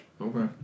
Okay